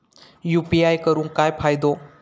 UPI करून काय फायदो?